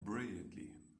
brilliantly